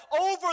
over